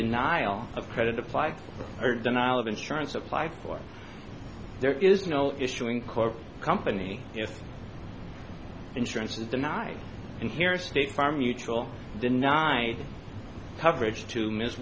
denial of credit apply or denial of insurance apply for there is no issue in court company if insurance is denied in here state farm mutual denied coverage to miss